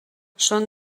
són